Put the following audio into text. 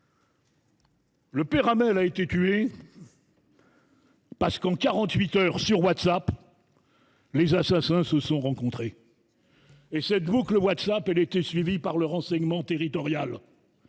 Le père Hamel a été tué parce que, en quarante huit heures, sur WhatsApp, ses assassins se sont rencontrés. Cette boucle WhatsApp était suivie par le renseignement territorial,